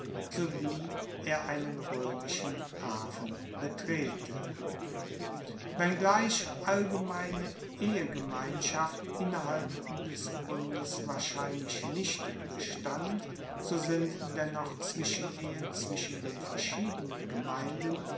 so wie er einen roemischen hafen betrete wenngleich allgemeine ehegemeinschaft innerhalb des bundes wahrscheinlich nicht bestand so sind dennoch zwischenehen zwischen den verschiedenen gemeinden